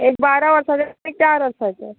एक बारा वर्साचें आनी एक चार वर्साचें